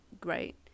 great